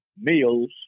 meals